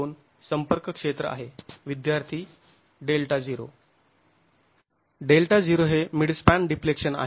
αt2 संपर्क क्षेत्र आहे विद्यार्थी Δ0 Δ0 हे मिडस्पॅन डिफ्लेक्शन आहे